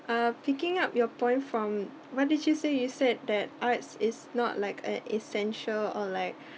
uh picking up your point from what did you say you said that arts is not like a essential or like